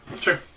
Sure